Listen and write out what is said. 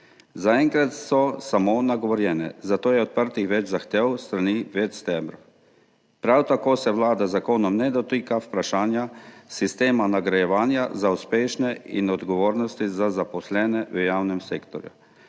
Zaenkrat so samo nagovorjene, zato je odprtih več zahtev s strani več stebrov. Prav tako se vlada z zakonom ne dotika vprašanja sistema nagrajevanja za uspešne in odgovornosti za zaposlene v javnem sektorju,